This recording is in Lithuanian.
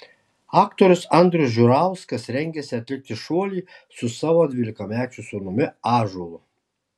aktorius andrius žiurauskas rengiasi atlikti šuolį su savo dvylikamečiu sūnumi ąžuolu